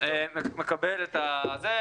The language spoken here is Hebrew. מקבל את ההערה.